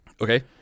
Okay